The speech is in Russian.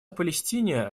палестине